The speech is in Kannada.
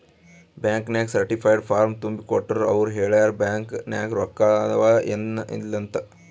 ಬ್ಯಾಂಕ್ ನಾಗ್ ಸರ್ಟಿಫೈಡ್ ಫಾರ್ಮ್ ತುಂಬಿ ಕೊಟ್ಟೂರ್ ಅವ್ರ ಹೇಳ್ತಾರ್ ಬ್ಯಾಂಕ್ ನಾಗ್ ರೊಕ್ಕಾ ಅವಾ ಏನ್ ಇಲ್ಲ ಅಂತ್